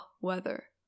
weather